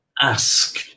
Ask